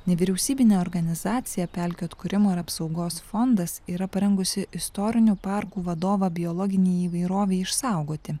nevyriausybinė organizacija pelkių atkūrimo ir apsaugos fondas yra parengusi istorinių parkų vadovą biologinei įvairovei išsaugoti